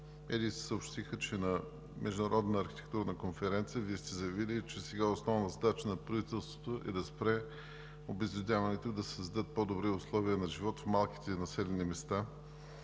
медиите съобщиха, че на Международна архитектурна конференция Вие сте заявили, че сега основна задача на правителството е да спре обезлюдяването и да се създадат по-добри условия на живот в малките населени места,